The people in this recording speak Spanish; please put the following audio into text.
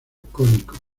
cónicos